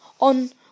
on